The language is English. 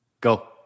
Go